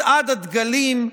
מצעד הדגלים,